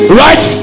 right